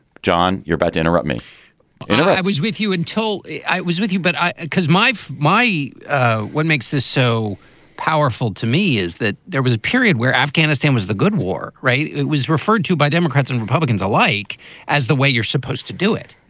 john, you're about to interrupt me i was with you until i was with you. but because my my ah what makes this so powerful to me is that there was a period where afghanistan was the good war. right. it was referred to by democrats and republicans alike as the way you're supposed to do it.